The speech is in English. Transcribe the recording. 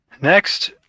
Next